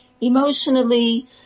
emotionally